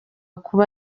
kuba